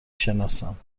شناسم